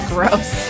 Gross